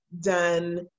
done